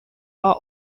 are